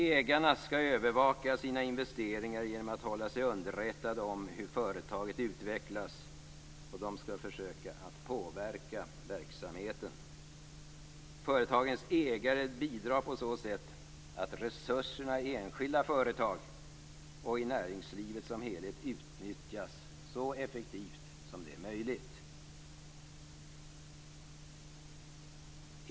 Ägarna skall övervaka sina investeringar genom att hålla sig underrättade om hur företaget utvecklas, och de skall försöka att påverka verksamheten. Företagens ägare bidrar på så sätt till att resurserna i enskilda företag och i näringslivet som helhet utnyttjas så effektivt som det är möjligt.